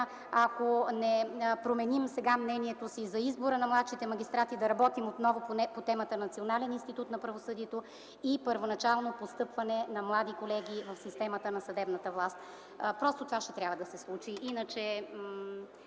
ако не променим сега мнението си за избора на младшите магистрати, да работим отново по темата „Национален институт на правосъдието и първоначално постъпване на млади колеги в системата на съдебната власт”. Просто това ще трябва да се случи,